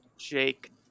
Jake